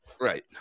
Right